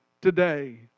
today